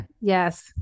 Yes